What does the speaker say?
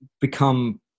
become